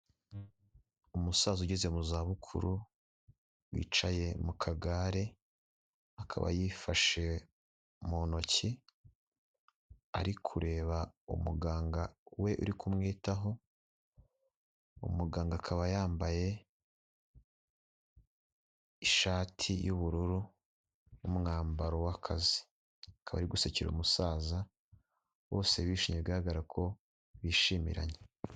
Umusaza ugeze mu za bukuru wicaye mu kagare akaba yifashe mu ntoki ari kureba umuganga we uri kumwitaho umuganga akaba yambaye ishati y'ubururu n'umwambaro w'akazi akaba ari gusekera umusaza bose bishimye bigaragara ko bishimiranye.